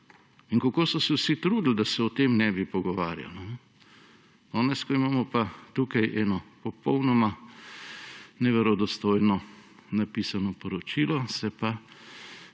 In kako so se vsi trudili, da se o tem ne bi pogovarjalo! Danes, ko imamo tukaj eno popolnoma neverodostojno napisano poročilo, se pa